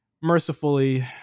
mercifully